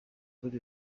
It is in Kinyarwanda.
buze